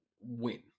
win